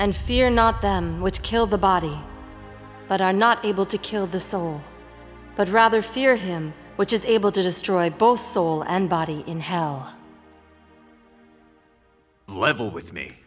and fear not that which kill the body but are not able to kill the soul but rather fear him which is able to destroy both soul and body in hell level with me